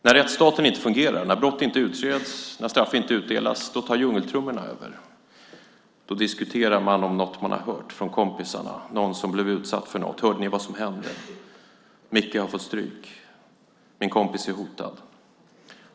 När rättsstaten inte fungerar, när brott inte utreds och straff inte utdelas tar djungeltrummorna över. Då diskuterar man sådant man hört av kompisarna om någon som blev utsatt för något: Hörde ni vad som hände? Micke har fått stryk. Min kompis är hotad.